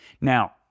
Now